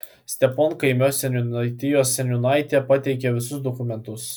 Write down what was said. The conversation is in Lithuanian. steponkaimio seniūnaitijos seniūnaitė pateikė visus dokumentus